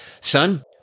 son-